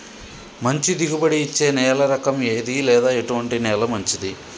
మంచి దిగుబడి ఇచ్చే నేల రకం ఏది లేదా ఎటువంటి నేల మంచిది?